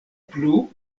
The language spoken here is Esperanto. plu